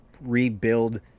rebuild